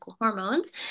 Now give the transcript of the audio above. hormones